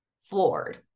floored